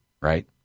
Right